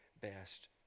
best